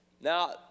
Now